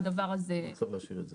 אפשר להשאיר את זה.